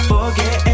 Forget